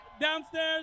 downstairs